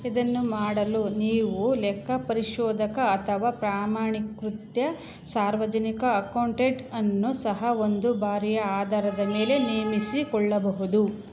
ಇದನ್ನು ಮಾಡಲು ನೀವು ಲೆಕ್ಕಪರಿಶೋಧಕ ಅಥವಾ ಪ್ರಮಾಣೀಕೃತ ಸಾರ್ವಜನಿಕ ಅಕೌಂಟೆಂಟ್ ಅನ್ನು ಸಹ ಒಂದು ಬಾರಿಯ ಆಧಾರದ ಮೇಲೆ ನೇಮಿಸಿಕೊಳ್ಳಬಹುದು